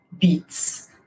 beats